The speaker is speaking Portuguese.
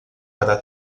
para